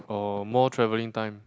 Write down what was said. or more travelling time